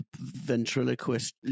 ventriloquist